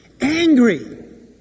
Angry